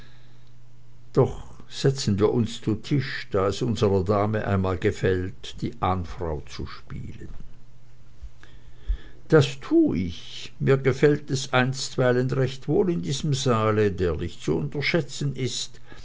doch setzen wir uns zu tisch da es unserer dame einmal gefällt die ahnfrau zu spielen das tu ich mir gefällt es einstweilen recht wohl in diesem saale der nicht zu unterschätzen ist